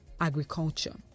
Agriculture